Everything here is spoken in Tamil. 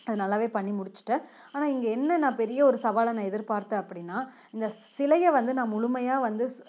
அது நல்லாவே பண்ணி முடிச்சிட்டேன் ஆனால் இங்கே என்ன நான் பெரிய ஒரு சவாலை நான் எதிர்பார்த்தேன் அப்படின்னா இந்த சிலையை வந்து நான் முழுமையாக வந்து